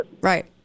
Right